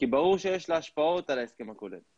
ברור שיש לה השפעות על ההסכם הכולל.